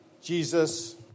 Jesus